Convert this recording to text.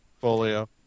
folio